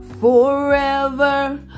forever